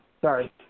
Sorry